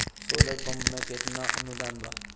Solar pump पर केतना अनुदान बा?